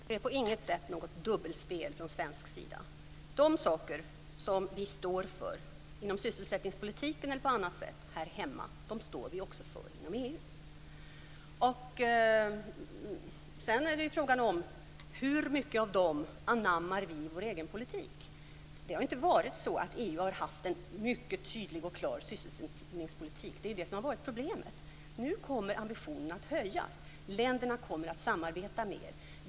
Herr talman! Det är på inget sätt något dubbelspel från svensk sida! De saker vi står för här hemma, inom sysselsättningspolitiken eller annat, de står vi också för inom EU. Sedan är frågan: Hur mycket av dem anammar vi i vår egen politik? Det har inte varit så att EU har haft en tydlig och klar sysselsättningspolitik. Det är ju det som har varit problemet. Nu kommer ambitionen att höjas. Länderna kommer att samarbeta mer.